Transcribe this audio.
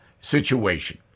situation